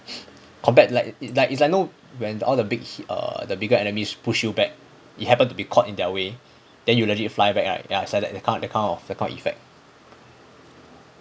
compared to like it's like it's like you know when all the big err the bigger enemies push you back you happen to be caught in their way then you legit fly back right ya it's like that kind of that kind of that kind of effect